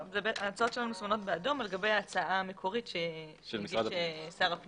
ההצעות שלנו צבועות באדום על גבי ההצעה המקורית של משרד הפנים.